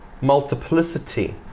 multiplicity